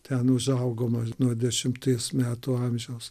ten užaugom nuo dešimties metų amžiaus